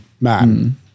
man